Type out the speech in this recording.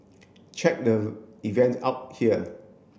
check the event out here